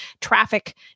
traffic